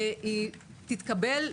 בדרך כלל תתקבל,